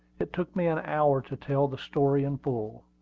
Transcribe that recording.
it took me an hour to tell the story in full.